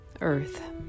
Earth